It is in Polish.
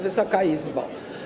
Wysoka Izbo!